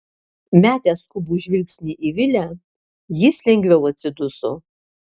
metęs skubų žvilgsnį į vilę jis lengviau atsiduso